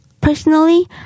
Personally